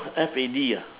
F A D ah